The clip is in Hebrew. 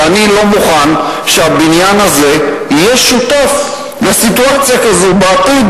ואני לא מוכן שהבניין הזה יהיה שותף לסיטואציה כזאת בעתיד,